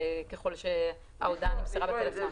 ככל שההודעה נמסרה בטלפון.